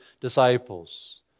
disciples